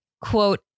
quote